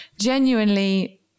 genuinely